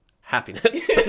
happiness